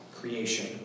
creation